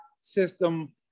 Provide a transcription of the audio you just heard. system